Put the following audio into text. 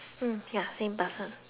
person